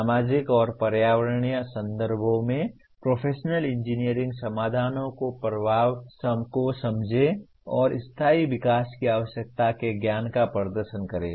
सामाजिक और पर्यावरणीय संदर्भों में प्रोफेशनल इंजीनियरिंग समाधानों के प्रभाव को समझें और स्थायी विकास की आवश्यकता के ज्ञान का प्रदर्शन करें